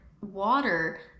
water